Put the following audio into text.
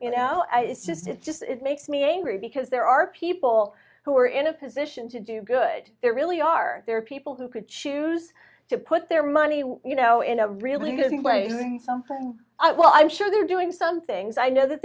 you know it's just it's just it makes me angry because there are people who are in a position to do good there really are there people who could choose to put their money you know in a really good way something well i'm sure they're doing some things i know that